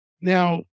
Now